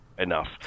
enough